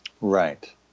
Right